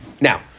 Now